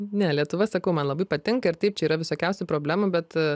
ne lietuva sakau man labai patinka ir taip čia yra visokiausių problemų bet